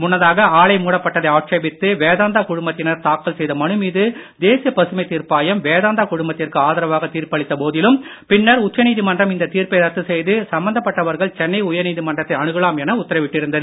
முன்னதாக ஆலை மூடப்பட்டதை ஆட்சேபித்து வேதாந்தா குழுமத்தினர் தாக்கல் செய்த மனு மீது தேசிய பசுமை தீர்ப்பாயம் வேதாந்தா குழுமத்திற்கு ஆதரவாக தீர்ப்பளித்த போதிலும் பின்னர் உச்சநீதிமன்றம் இந்த தீர்ப்பை ரத்து செய்து சம்பந்தப்பட்டவர்கள் சென்னை உயர்நீதிமன்றத்தை அணுகலாம் என உத்தரவிட்டிருந்தது